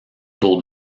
tour